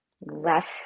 less